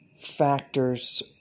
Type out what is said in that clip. factors